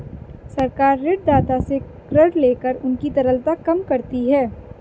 सरकार ऋणदाता से ऋण लेकर उनकी तरलता कम करती है